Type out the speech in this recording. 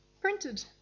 printed